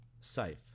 safe